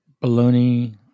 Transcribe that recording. bologna